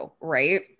right